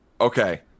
Okay